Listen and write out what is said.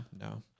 No